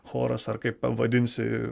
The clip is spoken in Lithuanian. choras ar kaip pavadinsi